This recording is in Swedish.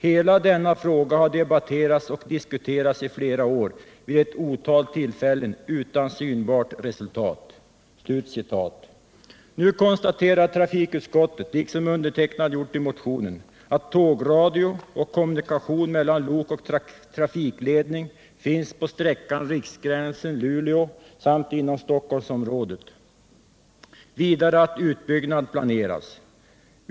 Hela denna fråga har debatterats och diskuterats i flera år vid ett otal tillfällen utan synbart resultat.” Nu konstaterar trafikutskottet, precis som jag gjort i motionen, att tågradio och kommunikation mellan lok och trafikledning finns på sträckan Riksgränsen-Luleå samt inom Stockholmsområdet. Vidare att utbyggnad planeras.